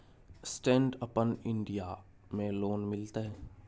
Stand up India में loan मिलते?